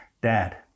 dad